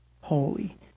holy